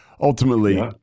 ultimately